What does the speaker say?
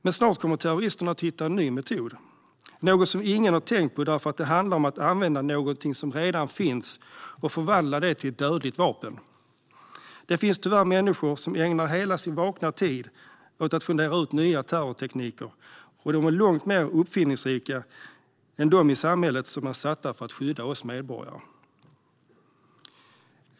Men snart kommer terroristerna att hitta en ny metod, något som inget har tänkt på därför att det handlar om att använda någonting som redan finns och förvandla det till ett dödligt vapen. Det finns tyvärr människor som ägnar hela sin vakna tid åt att fundera ut nya terrortekniker, och de är långt mer uppfinningsrika än de i samhället som är satta att skydda oss medborgare.